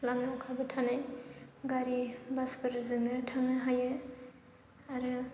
लामायाव खारबाय थानाय गारि बासफोरजोंबो थांनो हायो आरो